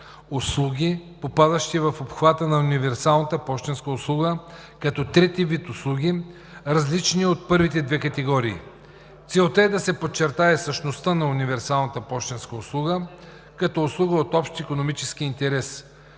„услуги, попадащи в обхвата на универсалната пощенска услуга“ като трети вид услуги, различни от първите две категории. Целта е да се подчертае същността на универсалната пощенска услуга като услуга от общ икономически интерес,